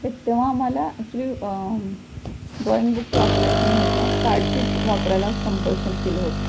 ते तेव्हा आम्हाला ॲक्च्युली ड्रॉईंग बुक्स वापरायच्या नव्हत्या कार्डशीट्स वापरायला कंपल्शन केलं होतं